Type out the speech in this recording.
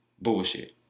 bullshit